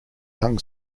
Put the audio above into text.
young